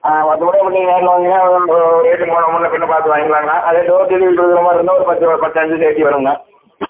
ஆ ஒரு கூடையை போட்டு நீங்கள் நேரில் வந்தீங்கன்னா ஒரு ஓ ஒரு ரேட்டு கூட முன்னே பின்னே பார்த்து வாங்கிக்கலாங்கண்ணா அதே டோர் டெலிவரி கொடுக்குற மாதிரி இருந்தால் ஒரு பத்து ஒரு பத்தஞ்சு சேர்த்தி வருங்கண்ணா